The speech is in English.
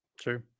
True